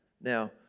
Now